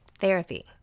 Therapy